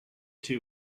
two